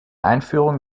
einführung